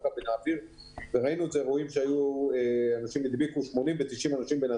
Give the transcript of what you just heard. הדבקה מהאוויר וראינו את זה שאדם אחד הדביק 80 אנשים.